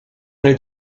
nel